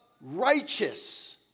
righteous